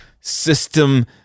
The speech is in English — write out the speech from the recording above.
System